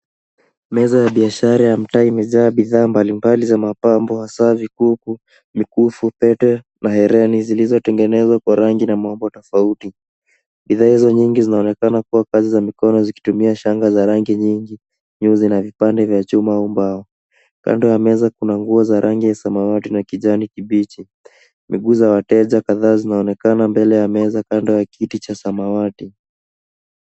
Meza ya biashara ya mtaa imejaa bidhaa mbali mbali za mapambo hasa vikuku, mkufu, pete, na herini zilizotengenezwa kwa rangi na maumbo tofauti. Bidhaa izo nyingi zinaonekana kuwa kazi za mikono zikitumia shanga za rangi nyingi, nyuzi, vipande vya chuma au mbao. Kando ya meza kuna nguo za rangi samawati na kijani kibichi. Miguu za wateja kadhaa zinaonekana mbele ya meza, kando ya kiti cha samawati.